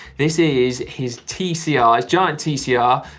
this is his tcr, his giant tcr.